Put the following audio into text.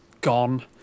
gone